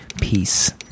peace